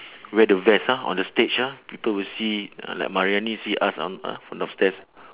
we are the best ah on the stage ah people will see uh like mariani see us on uh from downstairs